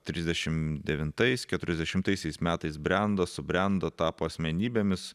trisdešimt devintais keturiasdešimtaisiais metais brendo subrendo tapo asmenybėmis